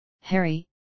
Harry